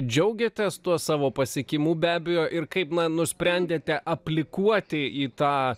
džiaugiatės tuo savo pasiekimu be abejo ir kaip na nusprendėte aplikuoti į tą